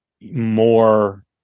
more